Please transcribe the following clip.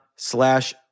slash